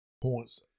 points